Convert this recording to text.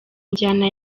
injyana